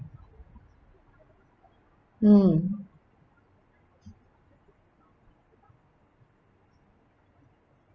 mm